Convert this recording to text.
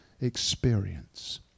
experience